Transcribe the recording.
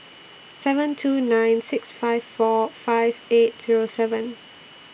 seven two nine six five four five eight Zero seven